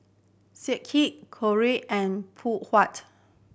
Schick Knorr and Phoon Huat